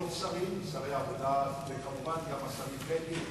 ועוד שרים, שרי העבודה, וכמובן גם השרים בגין,